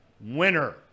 winner